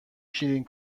شیرین